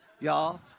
y'all